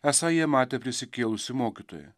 esą jie matė prisikėlusį mokytoją